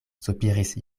sopiris